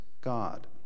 God